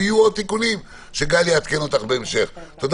ויהיו עוד תיקונים שגל יעדכן אותך בהמשך.